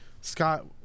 scott